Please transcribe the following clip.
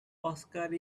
oscar